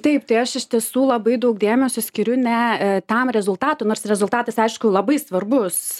taip tai aš iš tiesų labai daug dėmesio skiriu ne tam rezultatui nors rezultatas aišku labai svarbus